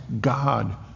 God